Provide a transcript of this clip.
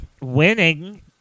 Winning